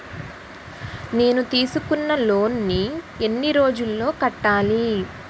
నేను తీసుకున్న లోన్ నీ ఎన్ని రోజుల్లో కట్టాలి?